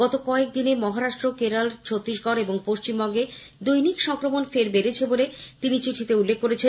গত কয়েক দিনে মহারাষ্ট্র কেরল ছত্তিশগড় এবং পশ্চিমবঙ্গে দৈনিক সংক্রমণ ফের বেড়েছে বলে তিনি চিঠিতে উল্লেখ করেছেন